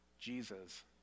Jesus